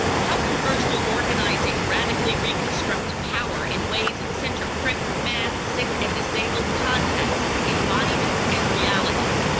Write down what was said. how can virtual organizing radically reconstruct power in ways that center crip, mad, sick, and disabled contexts, embodiments, and realities?